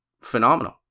phenomenal